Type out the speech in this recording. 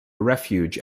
refuge